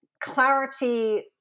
clarity